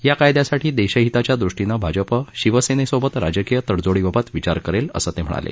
या कायद्यासाठी देशहिताच्या दृष्टीनं भाजप शिवसेनेसोबत राजकीय तडजोडीबाबत विचार करेल असं ते म्हणाले